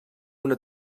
una